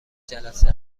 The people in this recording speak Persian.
جلسه